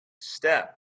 step